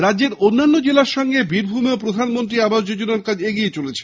রাজ্যের অন্যান্য জেলার সঙ্গে বীরভুমেও প্রধানমন্ত্রী আবাস যোজনার কাজ এগিয়ে চলেছে